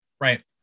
right